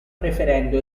preferendo